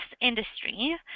industry